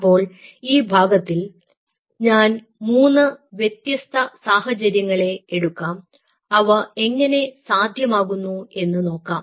അപ്പോൾ ഈ ഭാഗത്തിൽ ഞാൻ മൂന്ന് വ്യത്യസ്ത സാഹചര്യങ്ങളെ എടുക്കാം അവ എങ്ങനെ സാധ്യമാകുന്നു എന്നും നോക്കാം